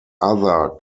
other